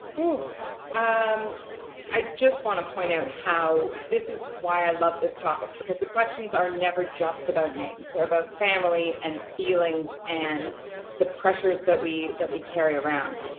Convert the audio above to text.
um i just want to point out how this is why i love this topic because the questions are never just about names, they're about family and feelings and the pressures that we that we carry around.